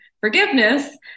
forgiveness